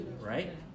Right